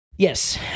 Yes